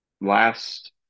Last